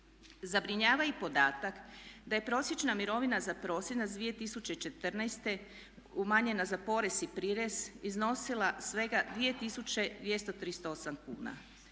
Zabrinjava i podatak da je prosječna mirovina za prosinac 2014.umanjena za porez i prirez iznosila svega 2238 kuna.